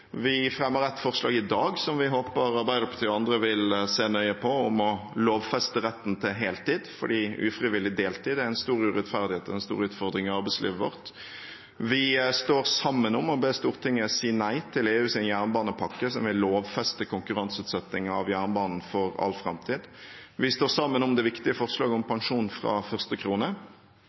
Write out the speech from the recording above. Vi fremmer et forslag i dag som vi håper Arbeiderpartiet og andre vil se nøye på, om å lovfeste retten til heltid, fordi ufrivillig deltid er en stor urettferdighet og en stor utfordring i arbeidslivet vårt. Vi står sammen om å be Stortinget si nei til EUs jernbanepakke som vil lovfeste konkurranseutsetting av jernbanen for all framtid. Vi står sammen om det viktige forslaget om pensjon fra første krone.